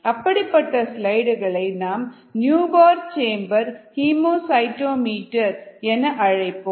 அப்படிப்பட்ட ஸ்லைடுகளை நாம் நியூபோர் சேம்பர்ஸ் ஹீமோசைட்டோ மீட்டர்ஸ் என அழைப்போம்